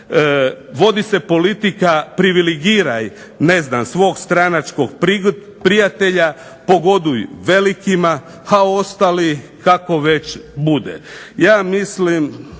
Vodi se politika privilegiraj ne znam svog stranačkog prijatelja, pogoduj velikima, a ostali kako već bude.